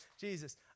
Jesus